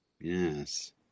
Yes